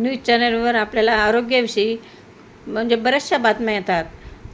news चॅनलवर आपल्याला आरोग्याविषयी म्हणजे बऱ्याचशा बातम्या येतात